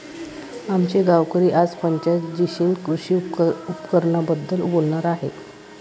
आमचे गावकरी आज पंचायत जीशी कृषी उपकरणांबद्दल बोलणार आहेत